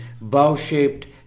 bow-shaped